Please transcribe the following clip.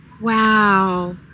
Wow